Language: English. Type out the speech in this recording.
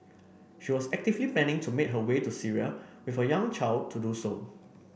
she was actively planning to make her way to Syria with her young child to do so